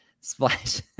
splash